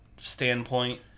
standpoint